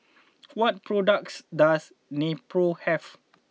what products does Nepro have